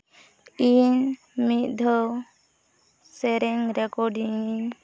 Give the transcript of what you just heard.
ᱤᱧ ᱢᱤᱫ ᱫᱷᱟᱹᱣ ᱥᱮᱨᱮᱧ ᱨᱮᱠᱚᱨᱰᱤᱝ